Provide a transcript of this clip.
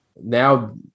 now